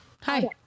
hi